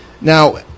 Now